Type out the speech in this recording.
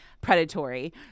predatory